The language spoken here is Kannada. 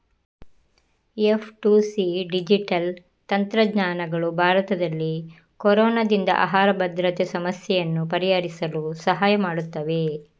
ಎಫ್.ಟು.ಸಿ ಡಿಜಿಟಲ್ ತಂತ್ರಜ್ಞಾನಗಳು ಭಾರತದಲ್ಲಿ ಕೊರೊನಾದಿಂದ ಆಹಾರ ಭದ್ರತೆ ಸಮಸ್ಯೆಯನ್ನು ಪರಿಹರಿಸಲು ಸಹಾಯ ಮಾಡುತ್ತವೆ